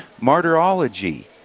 Martyrology